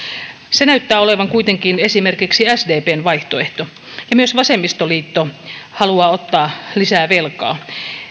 se näyttää olevan kuitenkin esimerkiksi sdpn vaihtoehto ja myös vasemmistoliitto haluaa ottaa lisää velkaa